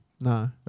No